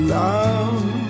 love